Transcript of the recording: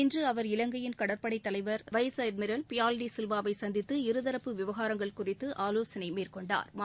இன்று அவர் இலங்கையின் கடற்படை தலைவர் வைஸ் அட்மிரல் பியால் டி சில்வாவை சந்தித்து இருதரப்பு விவகாரங்கள் குறித்து ஆவோசனை மேற்கொண்டாா்